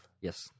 Yes